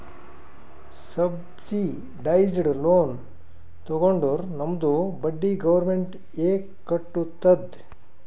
subsidised loan ತಗೊಂಡುರ್ ನಮ್ದು ಬಡ್ಡಿ ಗೌರ್ಮೆಂಟ್ ಎ ಕಟ್ಟತ್ತುದ್